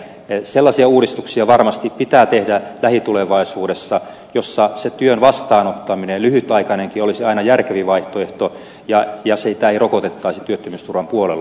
eli sellaisia uudistuksia varmasti pitää tehdä lähitulevaisuudessa joissa työn lyhytaikainenkin vastaanottaminen olisi aina järkevin vaihtoehto ja siitä ei rokotettaisi työttömyysturvan puolella